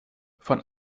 von